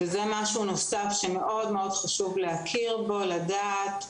זה משהו נוסף שמאוד מאוד להכיר בו ולדעת.